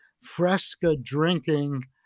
fresca-drinking